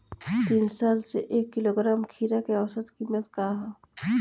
तीन साल से एक किलोग्राम खीरा के औसत किमत का ह?